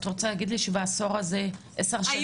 את רוצה להגיד לי שבעשור הזה המטפלות הלכו ובאו?